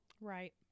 right